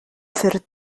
ffyrdd